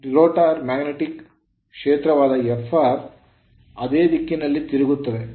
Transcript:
Rotor rotor rotating magnetic ತಿರುಗುವ ಕಾಂತೀಯ ಕ್ಷೇತ್ರವಾದ Fr ನ ಅದೇ ದಿಕ್ಕಿನಲ್ಲಿ ತಿರುಗುತ್ತದೆ